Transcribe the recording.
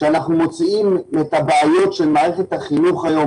שאנחנו מוציאים את הבעיות של מערכת החינוך היום